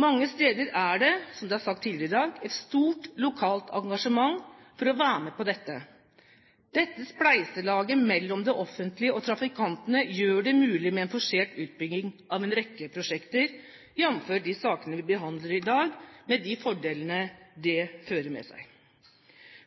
Mange steder er det, som det er sagt tidligere i dag, et stort lokalt engasjement for å være med på dette. Dette spleiselaget mellom det offentlige og trafikantene gjør det mulig med en forsert utbygging av en rekke prosjekter, jf. de sakene vi behandler i dag, med de fordelene det fører med seg.